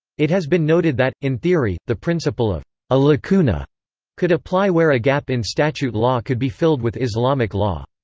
it has been noted that, in theory, the principle of a lacuna could apply where a gap in statute law could be filled with islamic law.